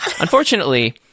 Unfortunately